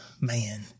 Man